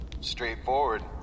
Straightforward